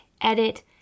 edit